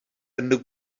ende